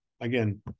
again